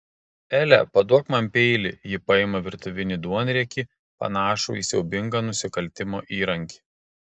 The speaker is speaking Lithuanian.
ele paduok man peilį ji paima virtuvinį duonriekį panašų į siaubingą nusikaltimo įrankį